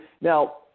Now